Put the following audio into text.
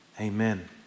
amen